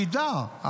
מידע.